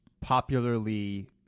popularly